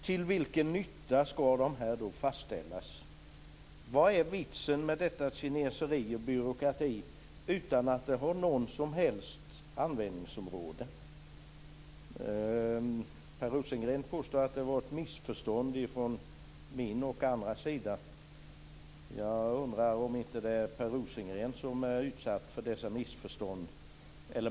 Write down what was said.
Till vilken nytta ska då dessa fastställas? Vad är vitsen med detta kineseri och denna byråkrati som inte har något som helst användningsområde? Per Rosengren påstod att det var ett missförstånd från min och andras sida. Jag undrar om det inte är Per Rosengren som är utsatt för dessa missförstånd.